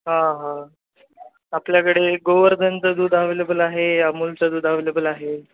हां हां आपल्याकडे गोवर्धनचं दूध अवेलेबल आहे अमूलचं दूध अवेलेबल आहे